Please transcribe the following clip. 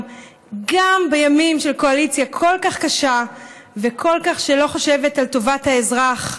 גם בימים של קואליציה כל כך קשה ושכל כך לא חושבת על טובת האזרח,